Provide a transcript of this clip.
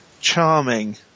charming